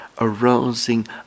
arousing